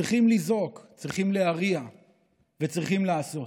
צריכים לזעוק, צריכים להריע וצריכים לעשות,